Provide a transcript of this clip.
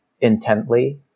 intently